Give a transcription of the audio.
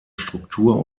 struktur